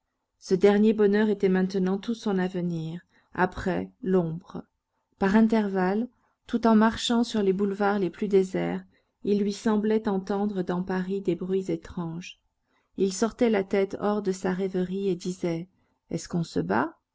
ce dernier bonheur était maintenant tout son avenir après l'ombre par intervalles tout en marchant sur les boulevards les plus déserts il lui semblait entendre dans paris des bruits étranges il sortait la tête hors de sa rêverie et disait est-ce qu'on se bat